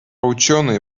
ученые